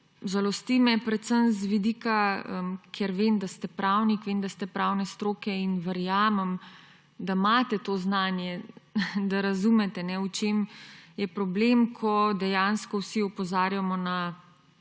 žalosti me predvsem s tega vidika, ker vem, da ste pravnik, vem da ste iz pravne stroke, in verjamem, da imate to znanje, da razumete, v čem je problem, ko dejansko vsi opozarjamo na